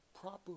proper